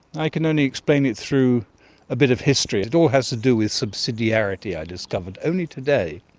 i can only explain it through a bit of history. it all has to do with subsidiarity i discovered, only today.